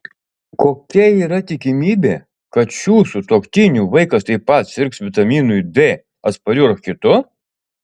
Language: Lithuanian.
kokia yra tikimybė kad šių sutuoktinių vaikas taip pat sirgs vitaminui d atspariu rachitu